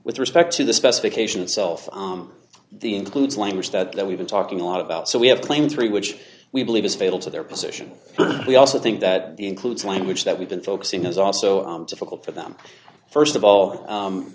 with respect to the specification itself the includes language that we've been talking a lot about so we have claim three which we believe is fatal to their position but we also think that includes language that we've been focusing is also difficult for them st of all